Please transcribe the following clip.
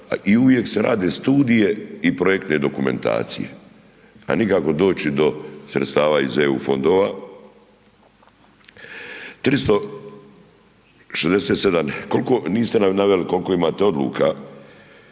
i uvijek se rade studije i projektne dokumentacije, a nikako doći do sredstava iz EU fondova. 367, kolko, niste nam naveli kolko imate odluka